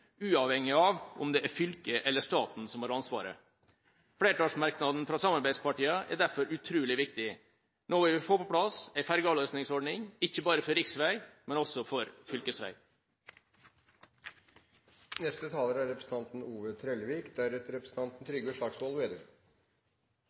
uavhengig av om det er fylket eller staten som har ansvaret. Flertallsmerknaden fra samarbeidspartiene er derfor utrolig viktig. Nå vil vi få på plass en fergeavløsningsordning, ikke bare for riksvei, men også for